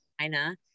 China